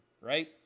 right